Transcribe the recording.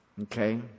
Okay